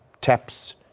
taps